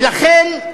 ולכן,